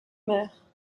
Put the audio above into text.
maires